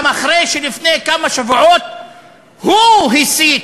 גם אחרי שלפני כמה שבועות הוא הסית